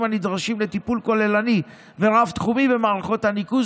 הנדרשים לטיפול כוללני ורב-תחומי במערכות הניקוז,